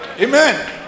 Amen